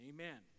Amen